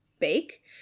bake